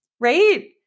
right